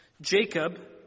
Jacob